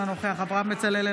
אינו נוכח אברהם בצלאל,